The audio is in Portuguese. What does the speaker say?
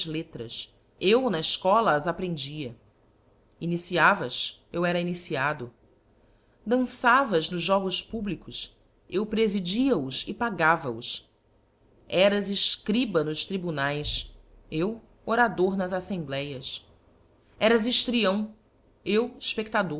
lettras eu na eícola as aprendia iniciavas eu era iniciado danfavas nos jogos públicos eu preíidia os e pagava os eras efcriba nos tríbunaes eu orador nas aflembléas eras hiftríão eu